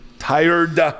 Tired